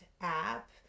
app